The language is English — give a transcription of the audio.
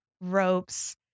ropes